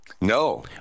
No